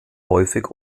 häufig